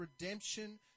redemption